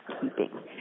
keeping